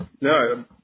No